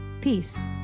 Peace